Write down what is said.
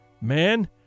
Man